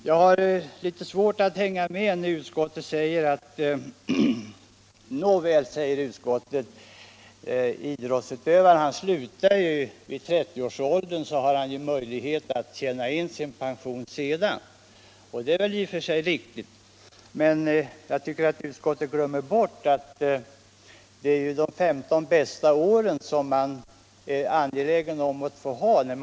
Jag har litet svårt att hänga med i utskottets resonemang att eftersom en idrottsutövare slutar med aktiv idrott redan i 30-årsåldern har han möjlighet att sedan tjäna in erforderliga pensionspoäng. Det är väl i och för sig riktigt, men utskottet glömmer bort att det är de femton bästa åren, då inkomsten är störst, som man vill tillgodoräkna sig.